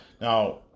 now